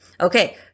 Okay